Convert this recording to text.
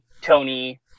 Tony